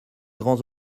grands